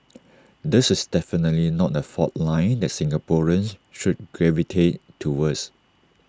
this is definitely not A fault line that Singaporeans should gravitate towards